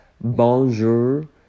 bonjour